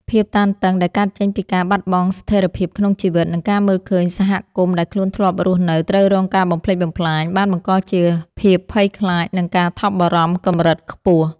ភាពតានតឹងដែលកើតចេញពីការបាត់បង់ស្ថិរភាពក្នុងជីវិត និងការមើលឃើញសហគមន៍ដែលខ្លួនធ្លាប់រស់នៅត្រូវរងការបំផ្លិចបំផ្លាញ បានបង្កជាភាពភ័យខ្លាច និងការថប់បារម្ភកម្រិតខ្ពស់។